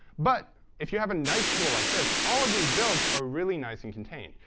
but if you have a nice tool like this, all of these builds are really nice and contained.